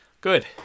Good